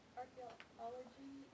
archaeology